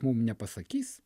mum nepasakys